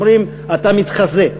אומרים: אתה מתחזה,